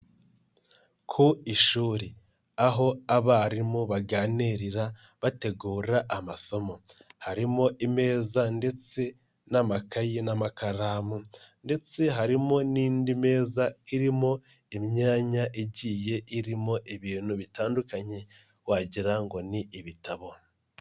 Ku ishuri aho abarimu baganirira bategura amasomo, harimo imeza ndetse n'amakayi n'amakaramu ndetse harimo n'indi meza irimo imyanya igiye irimo ibintu bitandukanye wagira ngo ni ibitabo.